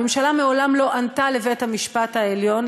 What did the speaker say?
הממשלה מעולם לא ענתה לבית-המשפט העליון,